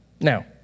Now